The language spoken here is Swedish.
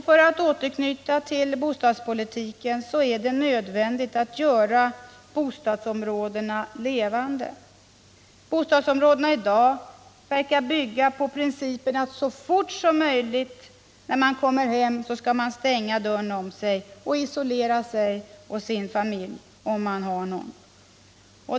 För att återknyta till bostadspolitiken vill jag framhålla att det är nödvändigt att göra bostadsområdena levande. Bostadsområdena i dag verkar bygga på principen att man så fort som möjligt när man kommer hem skall stänga dörren om sig och isolera sig och sin familj, om man har någon.